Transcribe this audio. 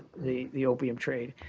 the the opium trade.